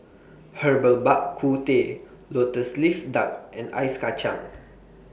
Herbal Bak Ku Teh Lotus Leaf Duck and Ice Kacang